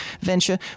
venture